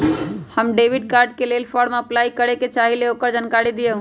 हम debit card के लेल फॉर्म अपलाई करे के चाहीं ल ओकर जानकारी दीउ?